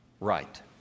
right